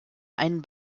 einen